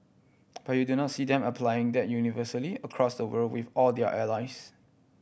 but you do not see them applying that universally across the world with all their allies